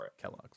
kellogg's